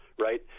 right